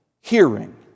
hearing